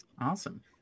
Awesome